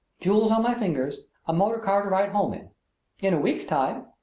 jewels on my fingers, a motor car to ride home in. in a week's time,